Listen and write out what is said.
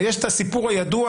יש את הסיפור הידוע